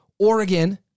Oregon